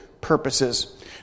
purposes